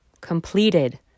completed